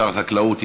שר החקלאות,